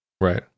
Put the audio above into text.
Right